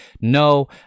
no